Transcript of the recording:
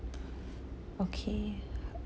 okay